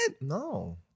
No